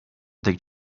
they